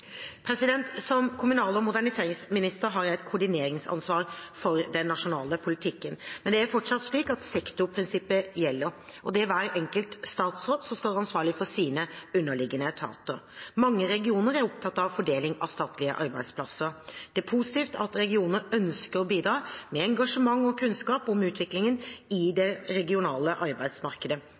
Som kommunal- og moderniseringsminister har jeg et koordineringsansvar for den nasjonale politikken, men det er fortsatt slik at sektorprinsippet gjelder, og det er hver enkelt statsråd som står ansvarlig for sine underliggende etater. Mange regioner er opptatt av fordeling av statlige arbeidsplasser. Det er positivt at regioner ønsker å bidra med engasjement og kunnskap om utviklingen i det regionale arbeidsmarkedet,